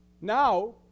now